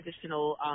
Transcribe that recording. additional